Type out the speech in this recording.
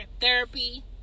therapy